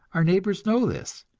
our neighbors know this,